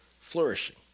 flourishing